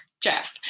Jeff